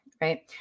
right